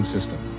System